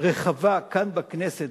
רחבה כאן בכנסת,